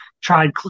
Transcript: tried